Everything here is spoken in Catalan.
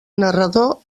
narrador